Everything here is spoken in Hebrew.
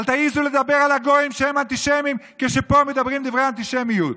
אל תעזו לדבר על הגויים שהם אנטישמים כשפה מדברים דברי אנטישמיות.